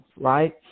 right